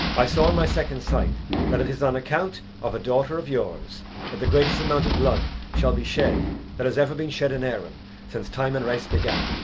i saw in my second sight that it is on account of a daughter of yours that the greatest amount of blood shall be shed that has ever been shed in erin since time and race began.